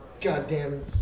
goddamn